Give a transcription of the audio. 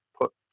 put